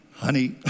Honey